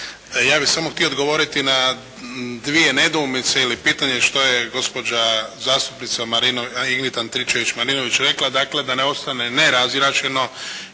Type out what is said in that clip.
ja bih samo htio odgovoriti na dvije nedoumice ili pitanje što je gospođa zastupnica Ingrid Antičević Marinović rekla, dakle da ne ostane nerazjašnjeno.